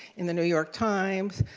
in the new york times,